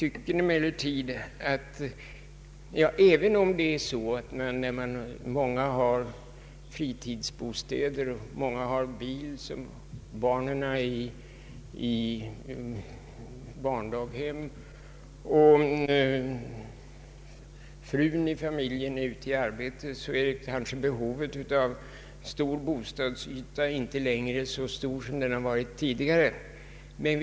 Med hänsyn till att många människor har fritidsbostäder och bil, barnen är på daghem och frun i familjen förvärvsarbetar, är kanske behovet av stora bostadsytor inte längre så starkt som det tidigare har varit.